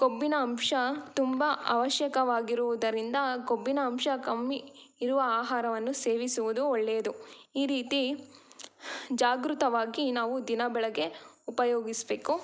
ಕೊಬ್ಬಿನ ಅಂಶ ತುಂಬ ಅವಶ್ಯಕವಾಗಿರುವುದರಿಂದ ಕೊಬ್ಬಿನ ಅಂಶ ಕಮ್ಮಿ ಇರುವ ಆಹಾರವನ್ನು ಸೇವಿಸುವುದು ಒಳ್ಳೆಯದು ಈ ರೀತಿ ಜಾಗೃತವಾಗಿ ನಾವು ದಿನ ಬೆಳಗ್ಗೆ ಉಪಯೋಗಿಸಬೇಕು